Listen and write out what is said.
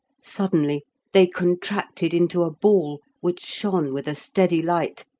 suddenly they contracted into a ball, which shone with a steady light,